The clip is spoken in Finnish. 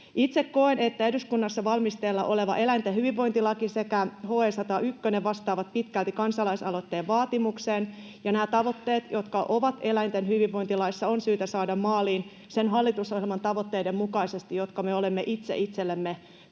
Itse koen, että eduskunnassa valmisteilla oleva eläinten hyvinvointilaki sekä HE 101 vastaavat pitkälti kansalaisaloitteen vaatimukseen, ja nämä tavoitteet, jotka ovat eläinten hyvinvointilaissa, on syytä saada maaliin niiden hallitusohjelman tavoitteiden mukaisesti, jotka me olemme itse itsellemme tehneet.